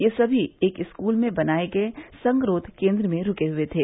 ये समी एक स्कूल में बनाए गए संगरोध केंद्र में रूके हुए थे